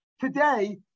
Today